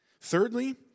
Thirdly